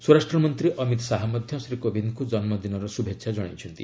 ସ୍ୱରାଷ୍ଟ୍ର ମନ୍ତ୍ରୀ ଅମିତ୍ ଶାହା ମଧ୍ୟ ଶ୍ରୀ କୋବିନ୍ଦ୍କୁ ଜନ୍ମଦିନର ଶୁଭେଚ୍ଛା ଜଣାଇଛନ୍ତି